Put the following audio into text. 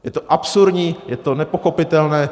Je to absurdní, je to nepochopitelné.